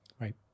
right